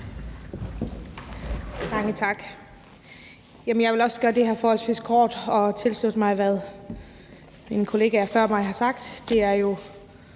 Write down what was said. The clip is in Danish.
Mange tak. Jeg vil også gøre det forholdsvis kort og tilslutte mig, hvad mine kollegaer før mig har sagt.